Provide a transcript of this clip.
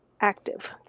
active